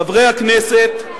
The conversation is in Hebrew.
חברי הכנסת,